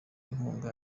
inkunga